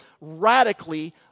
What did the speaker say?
radically